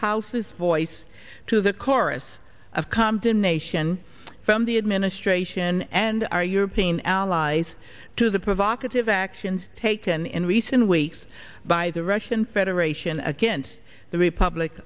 houses voice to the chorus of condemnation from the administration and our european allies to the provocative actions taken in recent weeks by the russian federation against the republic